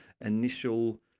initial